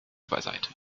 beiseite